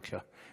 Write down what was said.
בבקשה,